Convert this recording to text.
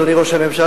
אדוני ראש הממשלה,